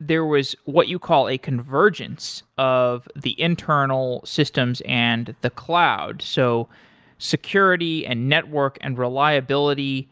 there was what you call a convergence of the internal systems and the cloud. so security and network and reliability,